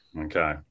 Okay